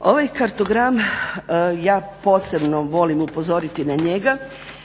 Ovaj kartogram ja posebno volim upozoriti na njega,